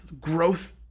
Growth